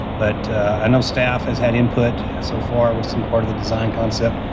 but i know staff has had input so far with some part of the design concept.